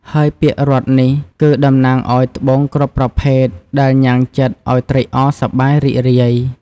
ហើយពាក្យរតន៍នេះ គឺតំណាងឲ្យត្បូងគ្រប់ប្រភេទ ដែលញ៉ាំងចិត្តឲ្យត្រេកអរសប្បាយ រីករាយ។